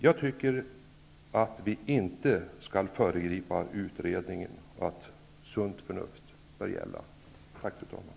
Jag tycker inte att vi skall föregripa utredningen utan att sunt förnuft bör få råda.